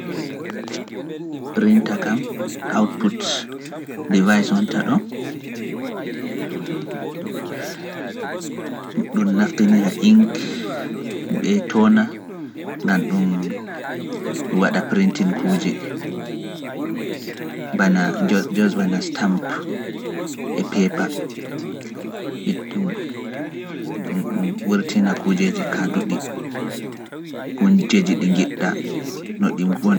Printa kam, output, device wonta ɗo. ɗum naftinira ink ɓe toona, ngam ɗum, ɗum ɗum wurtina kuujeji kaanduɗi, kuñjeji ɗi ngiɗɗa no ɗi wona.